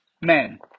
Men